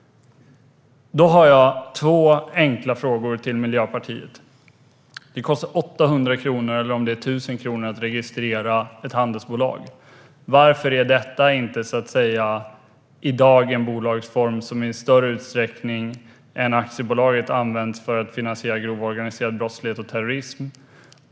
Jag har två enkla frågor till Miljöpartiet. Det kostar runt 1 000 kronor att registrera ett handelsbolag. Varför är då detta inte i dag en bolagsform som i större utsträckning än aktiebolag används för att finansiera grov organiserad brottslighet och terrorism?